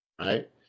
right